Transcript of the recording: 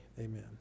amen